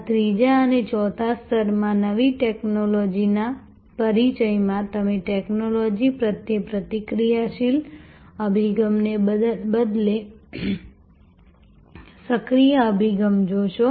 આ 3જા અને 4થા સ્તરમાં નવી ટેક્નોલોજીના પરિચયમાં તમે ટેક્નોલોજી પ્રત્યે પ્રતિક્રિયાશીલ અભિગમને બદલે સક્રિય અભિગમ જોશો